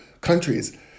countries